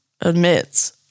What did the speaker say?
admits